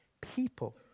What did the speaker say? people